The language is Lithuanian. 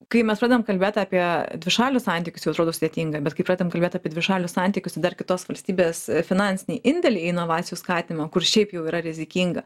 kai mes pradedam kalbėt apie dvišalius santykius jau atrodo sudėtinga bet kai pradedam kalbėt apie dvišalius santykius dar kitos valstybės finansinį indėlį į inovacijų skatinimą kur šiaip jau yra rizikinga